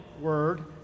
word